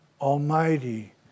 almighty